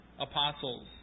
apostles